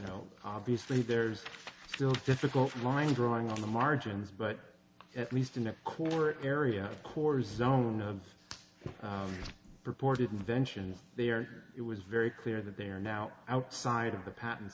know obviously there's still difficult line drawing on the margins but at least in a core area of course zone of purported invention there it was very clear that they are now outside of the patent